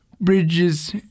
Bridges